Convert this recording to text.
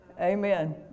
Amen